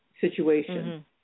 situation